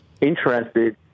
interested